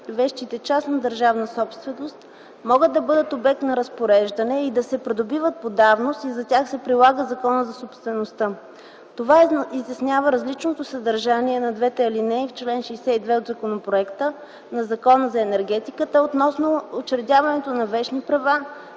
вещите – частна държавна собственост, могат да бъдат обект на разпореждане и да се придобиват по давност, и за тях се прилага Законът за собствеността. Това изяснява различното съдържание на двете алинеи в чл. 62 от законопроекта на Закона за енергетиката относно учредяването на вещни права